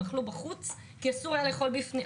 הם אכלו בחוץ כי אסור היה לאכול בפנים.